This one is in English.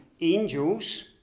angels